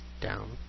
down